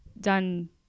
done